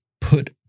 put